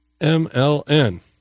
MLN